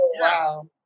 wow